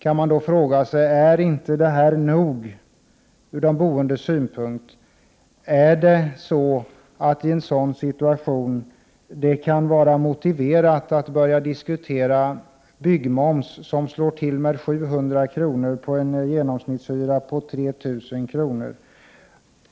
Man kan då fråga sig: Är inte detta nog ur den boendes synpunkt? Kan det i en sådan situation vara motiverat att börja diskutera byggmoms som slår med 700 kr. vid en genomsnittshyra på 3 000 kr.?